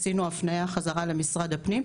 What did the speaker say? עשינו הפניה חזרה למשרד הפנים,